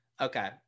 Okay